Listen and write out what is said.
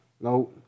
No